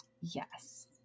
Yes